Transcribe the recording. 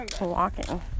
walking